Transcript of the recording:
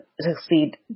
succeed